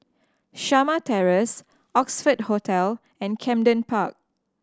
Shamah Terrace Oxford Hotel and Camden Park